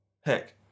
Heck